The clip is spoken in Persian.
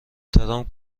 ترامپ